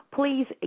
please